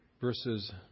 Verses